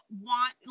want